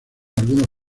algunos